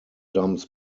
dumps